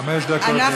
חמש דקות לרשותך.